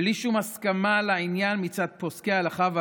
בלי שום הסכמה לעניין מצד פוסקי ההלכה והרבנים.